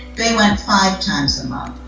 they went five times a month.